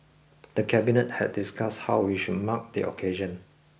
the Cabinet had discussed how we should mark the occasion